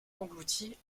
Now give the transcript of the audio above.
englouti